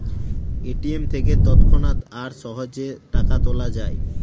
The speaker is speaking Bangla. এ.টি.এম থেকে তৎক্ষণাৎ আর সহজে টাকা তোলা যায়